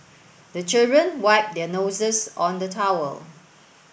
the children wipe their noses on the towel